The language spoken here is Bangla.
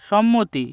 সম্মতি